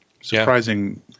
surprising